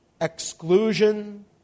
exclusion